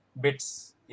BITs